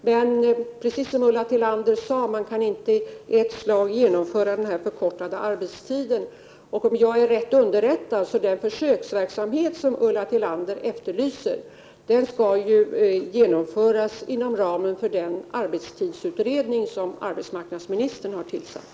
Men, precis som Ulla Tillander sade, man kan inte i ett slag genomföra en förkortning av arbetstiden. Om jag är rätt underrättad skall den försöksverksamhet som Ulla Tillander efterlyser genomföras inom ramen för den arbetstidsutredning som arbetsmarknadsministern har tillsatt.